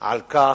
על כך,